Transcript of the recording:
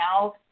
now